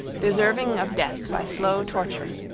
deserving of death by slow torture.